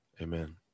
amen